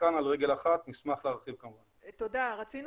רצינו